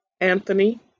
Anthony